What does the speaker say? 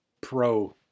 pro